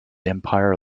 empire